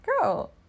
Girl